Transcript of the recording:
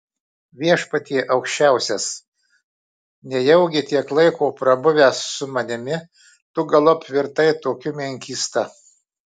viešpatie aukščiausias nejaugi tiek laiko prabuvęs su manimi tu galop virtai tokiu menkysta